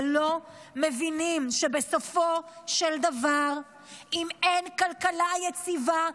ולא מבינים שבסופו של דבר אם אין כלכלה יציבה,